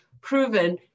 proven